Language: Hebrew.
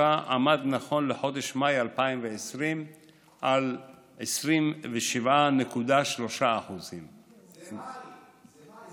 נכון לחודש מאי 2020 הוא עמד על 27.3%. זה מאי.